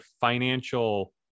financial